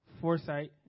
Foresight